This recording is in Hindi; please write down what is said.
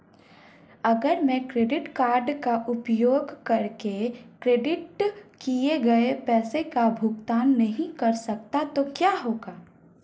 अगर मैं क्रेडिट कार्ड का उपयोग करके क्रेडिट किए गए पैसे का भुगतान नहीं कर सकता तो क्या होगा?